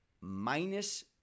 minus